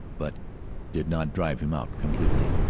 but did not drive him out completely.